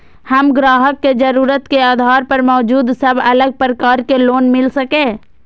हम ग्राहक के जरुरत के आधार पर मौजूद सब अलग प्रकार के लोन मिल सकये?